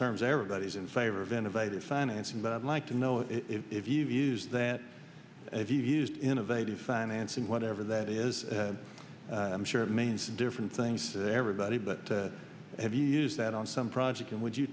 terms everybody's in favor of innovative financing but i'd like to know if if you use that and if you used innovative financing whatever that is i'm sure it means different things to everybody but have you used that on some projects and would you